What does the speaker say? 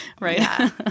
right